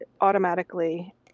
automatically